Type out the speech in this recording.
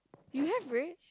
you have red